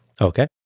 okay